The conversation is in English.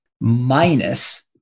minus